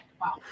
Wow